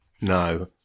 no